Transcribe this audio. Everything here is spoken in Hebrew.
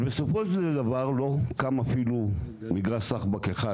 אז בסופו של דבר לא קם אפילו מגרש שחבק אחד,